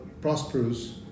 prosperous